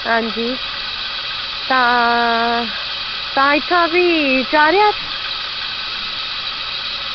अंजी तां तां इत्थां भी चार ज्हार